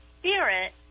spirit